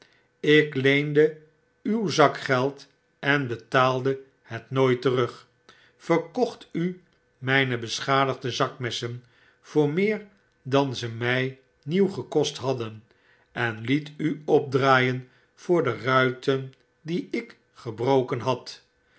ik leende uw zakgeld en betaaide het nooit terug verkocht u mijne beschadigde zakmessen voor meer dan ze my nieuw gekost hadden en liet u opdraaien voor de ruiten die ik gebroken had